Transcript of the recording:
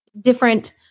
different